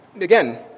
again